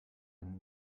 den